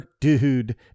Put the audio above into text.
dude